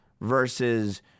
versus